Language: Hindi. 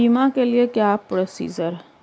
बीमा के लिए क्या क्या प्रोसीजर है?